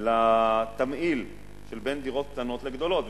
לתמהיל של דירות קטנות וגדולות.